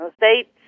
states